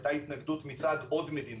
הייתה התנגדות מצד עוד מדינות,